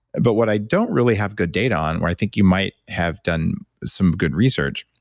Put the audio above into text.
but what i don't really have good data on, where i think you might have done some good research